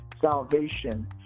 salvation